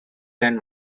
than